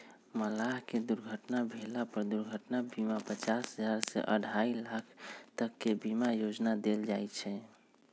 मलाह के दुर्घटना भेला पर दुर्घटना बीमा पचास हजार से अढ़ाई लाख तक के बीमा योजना देल जाय छै